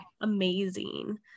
amazing